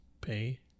pay